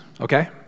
okay